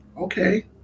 okay